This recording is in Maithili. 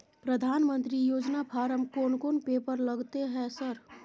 प्रधानमंत्री योजना फारम कोन कोन पेपर लगतै है सर?